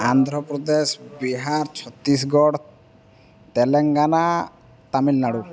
Andhra Pradesh Bihar Chhattisgarh Telangana Tamil Nadu